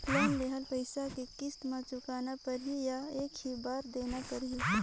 Loan लेहल पइसा के किस्त म चुकाना पढ़ही या एक ही बार देना पढ़ही?